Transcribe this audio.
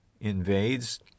invades